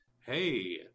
hey